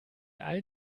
all